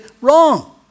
wrong